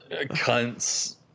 Cunts